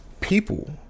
people